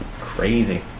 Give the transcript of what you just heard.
Crazy